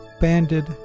banded